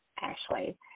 Ashley